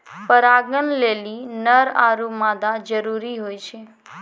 परागण लेलि नर आरु मादा जरूरी होय छै